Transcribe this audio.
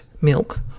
milk